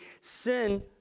sin